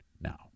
now